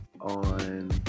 on